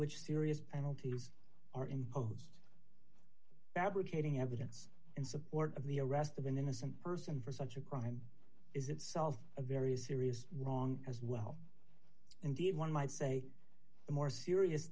which serious penalties are imposed fabricating evidence in support of the arrest of an innocent person for such a crime is itself a very serious wrong as well indeed one might say the more serious